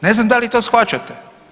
Ne znam da li to shvaćate.